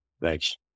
Thanks